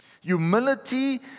Humility